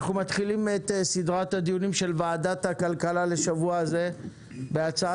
אנחנו מתחילים את סדרת הדיונים של ועדת הכלכלה לשבוע זה בהצעת